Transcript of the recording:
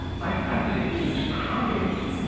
i fancied he was crying.